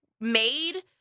made